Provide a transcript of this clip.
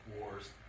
Wars